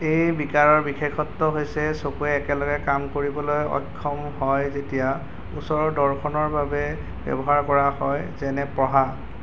এই বিকাৰৰ বিশেষত্ব হৈছে চকুৱে একেলগে কাম কৰিবলৈ অক্ষম হয় যেতিয়া ওচৰ দৰ্শনৰ বাবে ব্যৱহাৰ কৰা হয় যেনে পঢ়া